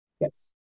Yes